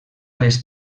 les